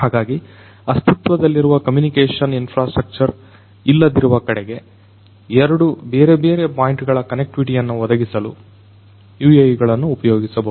ಹಾಗಾಗಿ ಅಸ್ತಿತ್ವದಲ್ಲಿರುವ communication infrastructure ಇಲ್ಲದಿರುವ ಕಡೆಗೆ ಎರಡು ಬೇರೆ ಬೇರೆ ಪಾಯಿಂಟ್ ಗಳ ಕನೆಕ್ಟಿವಿಟಿ ಯನ್ನು ಒದಗಿಸಲು UAV ಗಳನ್ನ ಉಪಯೋಗಿಸಬಹುದು